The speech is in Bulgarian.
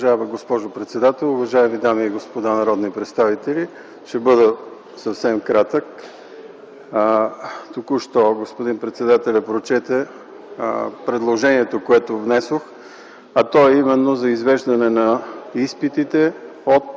Уважаема госпожо председател, уважаеми дами и господа народни представители! Ще бъда съвсем кратък. Току-що господин председателят прочете предложението, което внесох, а то е именно за извеждане на изпитите от